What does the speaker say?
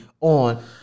on